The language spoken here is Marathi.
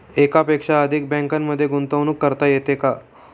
एकापेक्षा अधिक बँकांमध्ये गुंतवणूक करता येते का?